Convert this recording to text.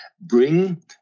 bring